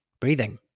breathing